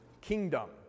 kingdom